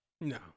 No